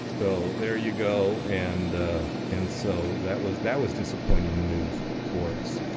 so there you go. and and so that was that was disappointing news for us.